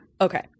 okay